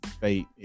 fate